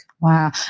Wow